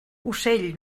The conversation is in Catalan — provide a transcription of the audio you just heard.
ocell